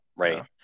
Right